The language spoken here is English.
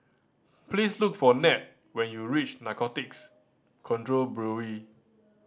please look for Ned when you reach Narcotics Control Bureau